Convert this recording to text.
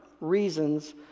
reasons